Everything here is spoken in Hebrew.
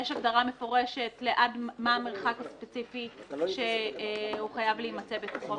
יש הגדרה מפורשת מה מרחק הספציפי שהוא חייב להימצא בתוכו.